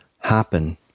happen